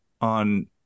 on